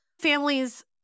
families